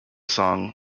song